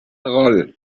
roll